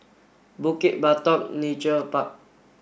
Bukit Batok Nature Park